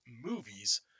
movies